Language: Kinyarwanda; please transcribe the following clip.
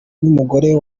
n’umugore